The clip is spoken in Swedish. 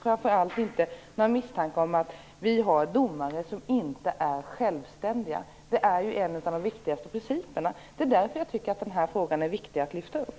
Framför allt skall det inte finnas någon misstanke om att vi har domare som inte är självständiga. Det är en av de viktigaste principerna. Därför tycker jag att den här frågan är viktig att lyfta upp.